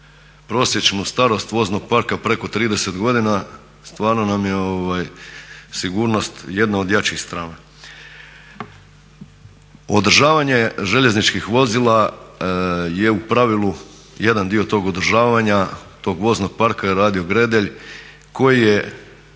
prosječnu starost voznog parka preko 30 godina, stvarno nam je sigurnost jedna od jačih strana. Održavanje željezničkih vozila je u pravilu, jedan dio tog održavanja tog voznog parka je radio Gredelj koji je